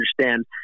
understand